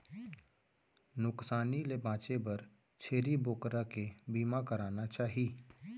नुकसानी ले बांचे बर छेरी बोकरा के बीमा कराना चाही